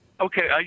Okay